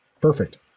Perfect